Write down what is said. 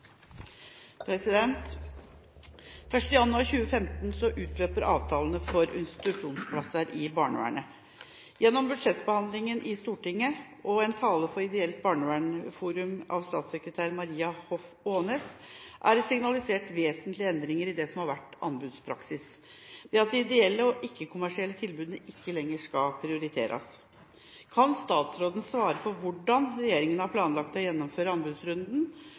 en tale for Ideelt Barnevernsforum av statssekretær Maria Hoff Aanes er det signalisert vesentlige endringer i det som har vært anbudspraksis, ved at de ideelle og ikke-kommersielle tilbudene ikke lenger skal prioriteres. Kan statsråden svare for hvordan regjeringen har planlagt å gjennomføre anbudsrunden,